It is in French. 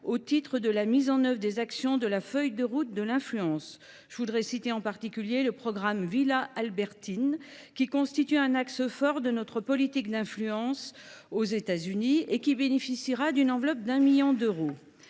au titre de la mise en œuvre des actions de la feuille de route de l’influence. En particulier, le programme Villa Albertine, qui constitue un axe fort de notre politique d’influence aux États Unis, bénéficiera d’une enveloppe de 1 million d’euros.